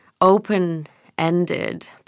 open-ended